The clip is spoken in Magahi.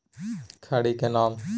खड़ी के नाम?